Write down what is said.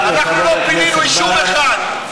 אני שמח שהדאגה ליישובים חלחלה לאופוזיציה.